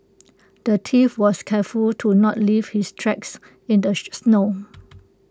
the thief was careful to not leave his tracks in the snow